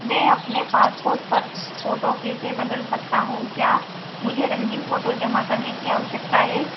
मैं अपने पासपोर्ट पर फ़ोटो कैसे बदल सकता हूँ क्या मुझे रंगीन फ़ोटो जमा करने की आवश्यकता हे